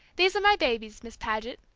these are my babies, miss paget,